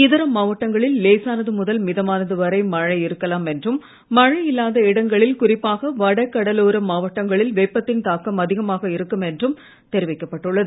இதர மாவட்டங்களில் லேசானது முதல் மிதமானது வரை மழை இருக்கலாம் என்றும் மழை இல்லாத இடங்களில் குறிப்பாக வடகடலோர மாவட்டங்களில் வெப்பத்தின் தாக்கம் அதிகமாக இருக்கும் என்றும் தெரிவிக்கப் பட்டுள்ளது